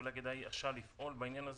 אולי כדאי עכשיו לפעול בעניין הזה,